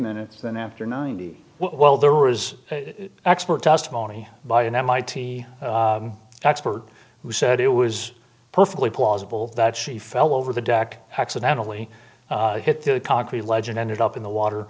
minutes then after ninety well there is expert testimony by an mit expert who said it was perfectly plausible that she fell over the deck accidentally hit the concrete ledge and ended up in the water